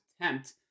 attempt